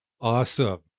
Awesome